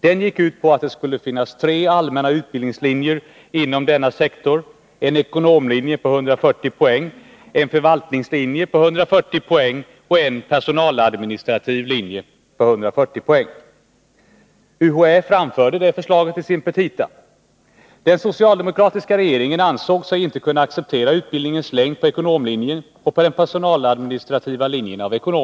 Den gick ut på att det skulle finnas tre allmänna utbildningslinjer inom denna sektor: en ekonomlinje på 140 poäng, en förvaltningslinje på 140 poäng och en personaladministrativ linje på 140 poäng. UHÄ framförde förslaget i sin petita. Den socialdemokratiska regeringen ansåg sig av ekonomiska skäl inte kunna acceptera utbildningens längd på ekonomlinjen och på den personaladministrativa linjen.